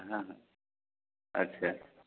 हाँ अच्छा